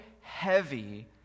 heavy